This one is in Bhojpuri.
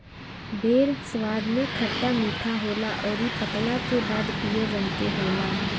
बेर स्वाद में खट्टा मीठा होला अउरी पकला के बाद पियर रंग के होला